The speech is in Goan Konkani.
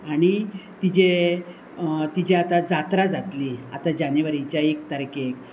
आणी तिजे तिजी आतां जात्रा जातली आतां जानेवारीच्या एक तारखेक